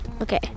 Okay